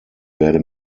werde